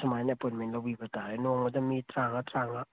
ꯁꯨꯃꯥꯏꯅ ꯑꯦꯄꯣꯏꯟꯃꯦꯟ ꯂꯧꯕꯤꯕ ꯇꯥꯔꯦ ꯅꯣꯡꯃꯗ ꯃꯤ ꯇꯔꯥꯃꯉꯥ ꯇꯔꯥꯃꯉꯥ